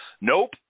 nope